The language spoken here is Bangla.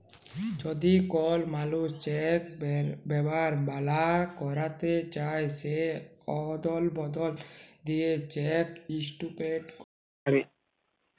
যদি কল মালুস চ্যাক ব্যাভার লা ক্যইরতে চায় সে আবদল দিঁয়ে চ্যাক ইস্টপ ক্যইরতে পারে